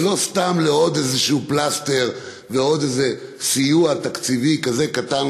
ולא סתם עוד איזה פלסטר ועוד איזה סיוע תקציבי כזה קטן,